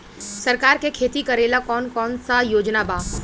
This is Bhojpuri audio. सरकार के खेती करेला कौन कौनसा योजना बा?